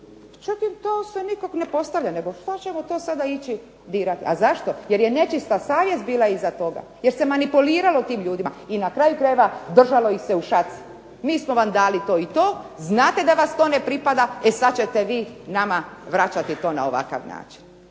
davanja iz toga. ... što ćemo sada to ići dirati? A zašto? Jer je nečista savjest bila iz toga, jer se manipuliralo tim ljudima i na kraju krajeva držalo ih se u šaci. Mi smo vam dali to i to, znate da vas to ne pripada e sada ćete vi nama vraćati na ovakav način.